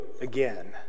again